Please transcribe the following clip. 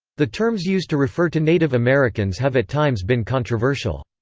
the terms used to refer to native americans have at times been controversial.